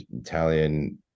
italian